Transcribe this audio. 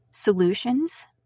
solutions